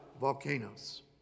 volcanoes